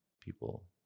people